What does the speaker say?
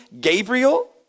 Gabriel